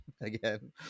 again